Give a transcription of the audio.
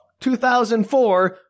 2004 –